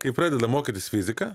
kai pradeda mokytis fiziką